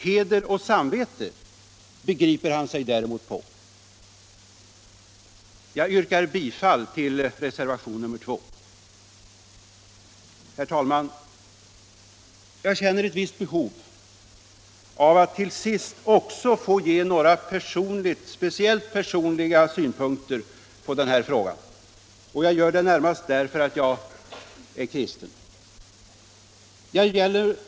Heder och samvete begriper han sig däremot på! Jag yrkar bifall till reservation nr 2. Herr talman! Jag känner ett visst behov av att till sist också få ge några speciellt personliga synpunkter på den här frågan. Jag gör det närmast därför att jag är kristen.